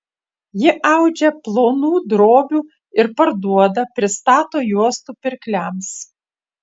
ji audžia plonų drobių ir parduoda pristato juostų pirkliams